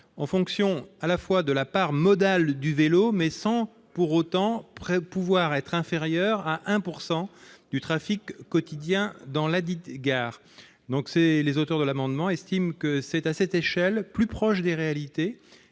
en fonction de la part modale du vélo sans pour autant pouvoir être inférieur à 1 % du trafic quotidien dans ladite gare. Les auteurs de l'amendement estiment que c'est à cette échelle, plus proche des réalités